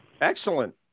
Excellent